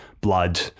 blood